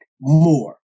more